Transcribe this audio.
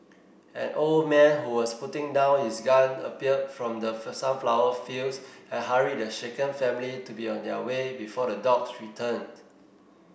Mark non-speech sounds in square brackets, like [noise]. an old man who was putting down his gun appeared from the [unintelligible] sunflower fields and hurried the shaken family to be on their way before the dogs return